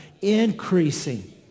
Increasing